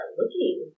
looking